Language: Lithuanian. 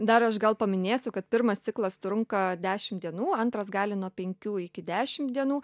dar aš gal paminėsiu kad pirmas ciklas trunka dešimt dienų antras gali nuo penkių iki dešimt dienų